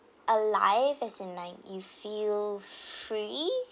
alive as in like you feel free